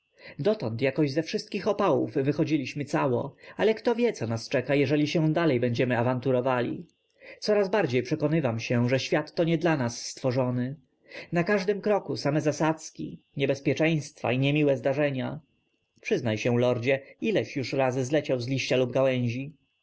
dotąd jakoś ze wszystkich opałów wychodziliśmy cało ale kto wie co nas czeka jeśli się dalej będziemy awanturowali coraz bardziej przekonywam się że świat to nie dla nas stworzony na każdym kroku same zasadzki niebezpieczeństwa i niemiłe zdarzenia przyznaj się lordzie ileś już razy zleciał z liści lub gałęzi